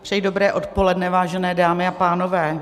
Přeji dobré odpoledne, vážené dámy a pánové.